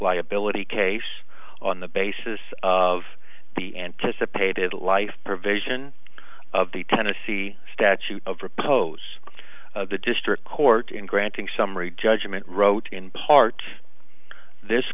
liability case on the basis of the anticipated life provision of the tennessee statute of repose the district court in granting summary judgment wrote in part this